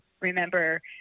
remember